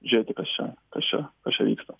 žėti kas čia kas čia kas čia vyksta